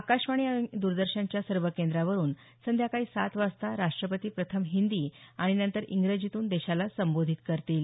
आकाशवाणी आणि द्रदर्शनच्या सर्व केंद्रावरुन संध्याकाळी सात वाजता राष्ट्रपती प्रथम हिंदी आणि नंतर इंग्रजीतून देशाला संबोधित करतील